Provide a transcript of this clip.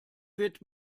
wird